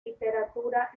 literatura